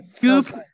goop